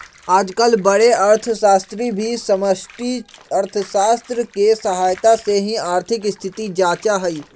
आजकल बडे अर्थशास्त्री भी समष्टि अर्थशास्त्र के सहायता से ही आर्थिक स्थिति जांचा हई